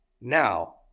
now